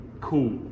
cool